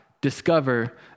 discover